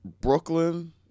Brooklyn